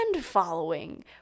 following